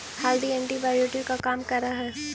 हल्दी एंटीबायोटिक का काम करअ हई